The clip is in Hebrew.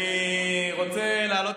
אנחנו נעשה